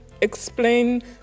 explain